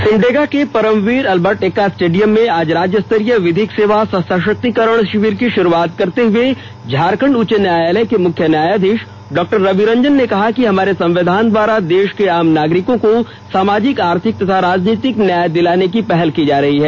सिमडेगा के Paramvir Albert Ekka stadium में आज राज्यस्तरीय विधिक सेवा सह सशक्तिकरण शिविर की शुरूआत करते हए झारखंड उच्च न्यायालय के मुख्य न्यायाधीश डॉ रवि रंजन ने कहा कि हमारे संविधान द्वारा देश के आम नागरिकों को सामाजिक आर्थिक तथा राजनीतिक न्याय दिलाने की पहल की जा रही है